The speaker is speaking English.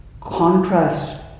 contrast